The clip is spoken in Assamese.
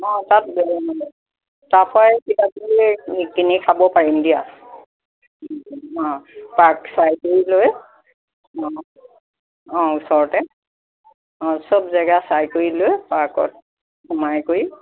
অঁ তাত তাৰ পৰাই কিবা কিবি কিনি খাব পাৰিম দিয়া অঁ তাত চাই কৰি লৈ অঁ ওচৰতে অঁ চব জেগা চাই ফুৰি লৈ পাৰ্কত সোমাই কৰি